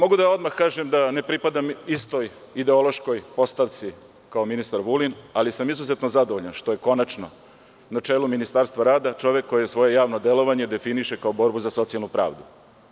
Mogu odmah da kažem da ne pripadam istoj ideološkoj postavci kao ministar Vulin, ali sam izuzetno zadovoljan što je konačno na čelu ministarstva rada čovek koje svoje javno delovanje definiše kao borbu za socijalnu pravdu.